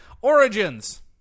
Origins